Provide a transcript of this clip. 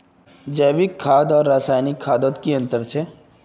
जैविक खाद आर रासायनिक खादोत की अंतर छे?